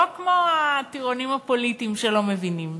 לא כמו הטירונים הפוליטיים שלא מבינים.